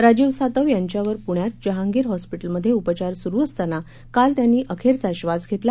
राजीव सातव यांच्यावर पुण्यात जहांगीर हॅस्पिटलमध्ये उपचार सुरू असताना काल त्यांनी अखेरचा श्वास घेतला